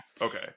okay